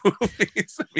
movies